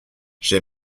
j’ai